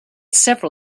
several